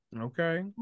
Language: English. okay